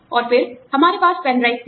और फिर हमारे पास पेनड्राइव थे